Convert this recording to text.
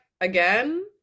again